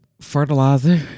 Fertilizer